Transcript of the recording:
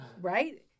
Right